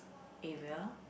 area